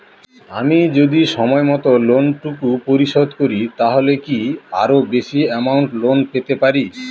আমি যদি সময় মত লোন টুকু পরিশোধ করি তাহলে কি আরো বেশি আমৌন্ট লোন পেতে পাড়ি?